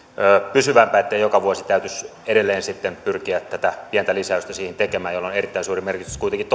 pysyvämpää ettei joka vuosi täytyisi edelleen sitten pyrkiä tätä pientä lisäystä siihen tekemään jolla on erittäin suuri merkitys kuitenkin